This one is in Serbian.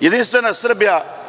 Jedinstvena Srbija